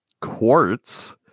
quartz